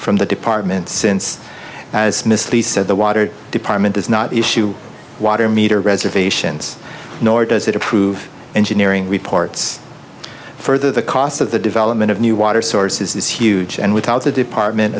from the department since as misty said the water department does not issue water meter reservations nor does it approve engineering reports further the cost of the development of new water sources is huge and without the department